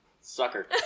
Sucker